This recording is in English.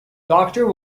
doctor